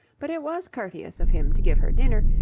but it was courteous of him to give her dinner,